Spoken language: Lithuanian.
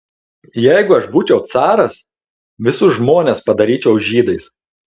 jeigu aš būčiau caras visus žmonės padaryčiau žydais